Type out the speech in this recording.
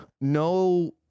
no